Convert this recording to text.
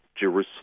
Jerusalem